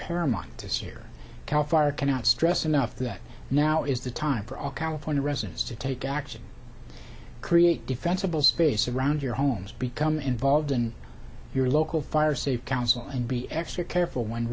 paramount to sear cal fire cannot stress enough that now is the time for all california residents to take action create defensible space around your homes become involved in your local fire safe council and be extra careful when